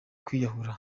kwiyahura